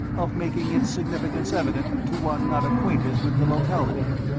of making its significance evident to one not acquainted with the locality.